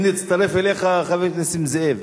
הנה הצטרף אליך חבר כנסת נסים זאב.